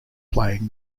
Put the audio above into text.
playing